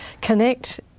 connect